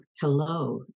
hello